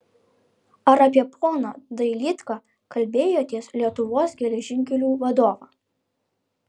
ar apie poną dailydką kalbėjotės lietuvos geležinkelių vadovą